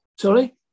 Sorry